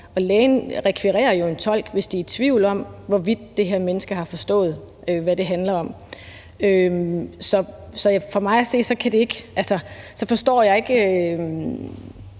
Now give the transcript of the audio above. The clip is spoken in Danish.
lægen rekvirerer jo en tolk, hvis der er tvivl om, hvorvidt det her menneske har forstået, hvad det handler om. Så jeg forstår ikke,